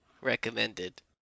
recommended